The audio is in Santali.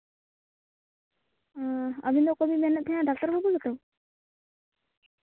ᱦᱮᱸ ᱟᱵᱤᱱ ᱫᱚ ᱚᱠᱚᱭ ᱵᱮᱱ ᱢᱮᱱ ᱮᱫ ᱛᱟᱸᱦᱮᱫ ᱰᱟᱠᱛᱟᱨ ᱵᱟᱹᱵᱩ ᱜᱮᱛᱚ